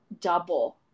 double